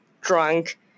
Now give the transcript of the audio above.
drunk